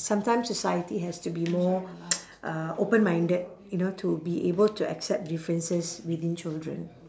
sometimes society has to be more uh open minded you know to be able to accept differences within children